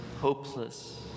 hopeless